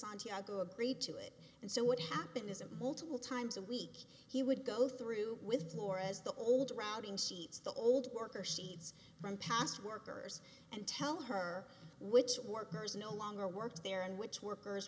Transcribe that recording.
santiago agreed to it and so what happened is a multiple times a week he would go through with flores the old routing seats the old worker seeds from past workers and tell her which workers no longer work there and which workers